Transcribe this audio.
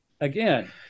Again